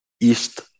east